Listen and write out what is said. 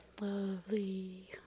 Lovely